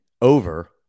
over